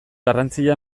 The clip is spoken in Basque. garrantzia